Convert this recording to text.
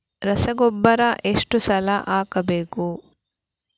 ರಸಗೊಬ್ಬರ ಎಷ್ಟು ಸಲ ಹಾಕಬೇಕು?